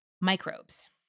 microbes